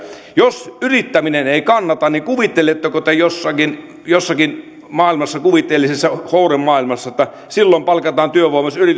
jos yrittäminen ei kannata niin kuvitteletteko te jossakin jossakin maailmassa kuvitteellisessa houremaailmassa että työvoimaa palkataan silloin jos yritys ei ole